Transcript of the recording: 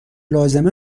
لازم